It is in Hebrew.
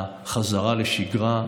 לחזרה לשגרה.